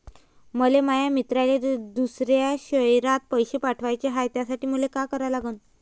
मले माया मित्राले दुसऱ्या शयरात पैसे पाठवाचे हाय, त्यासाठी मले का करा लागन?